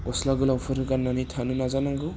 गस्ला गोलावफोर गाननानै थानो नाजानांगौ